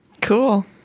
Cool